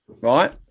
right